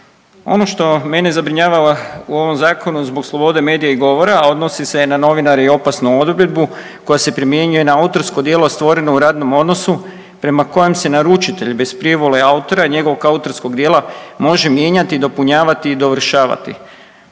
Ono što mene zabrinjava u ovom zakonu zbog slobode medija i govora, a odnosi se na novinare i opasnu odredbu koja se primjenjuje na autorsko djelo stvoreno u radnom odnosu prema kojem se naručitelj bez privole autora i njegovog koautorskog djela može mijenjati i dopunjavati i dovršavati.